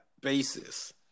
basis